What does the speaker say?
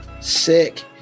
Sick